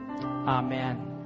Amen